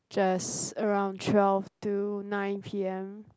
just around twelve to nine P_M